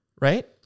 Right